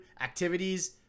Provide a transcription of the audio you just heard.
activities